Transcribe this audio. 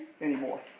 anymore